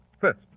First